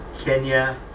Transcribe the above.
Kenya